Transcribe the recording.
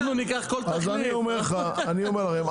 לכם,